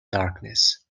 darkness